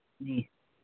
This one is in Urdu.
جی